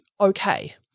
okay